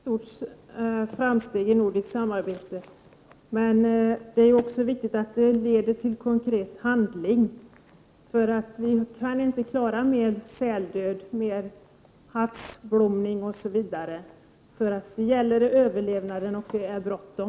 Herr talman! Ja, det är säkert ett stort framsteg i nordiskt samarbete. Men det är också viktigt att det leder till konkret handling. Vi kan inte klara mer säldöd, mer algblomning osv. Nu gäller det överlevnaden, och det är bråttom.